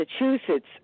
Massachusetts